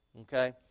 okay